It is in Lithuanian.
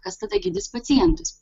kas tada gydys pacientus